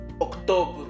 October